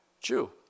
Jew